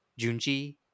Junji